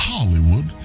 Hollywood